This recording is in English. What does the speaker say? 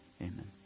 Amen